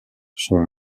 son